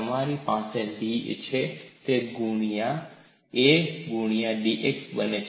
તમારી પાસે dA છે તે A ગુણ્યા dx બને છે